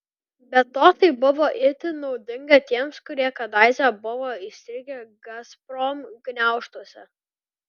be to tai buvo itin naudinga tiems kurie kadaise buvo įstrigę gazprom gniaužtuose